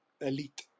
elite